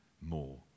more